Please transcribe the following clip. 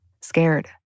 scared